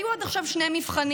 היו עד עכשיו שני מבחנים: